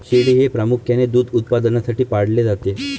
शेळी हे प्रामुख्याने दूध उत्पादनासाठी पाळले जाते